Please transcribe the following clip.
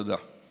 תודה.